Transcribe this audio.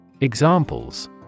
Examples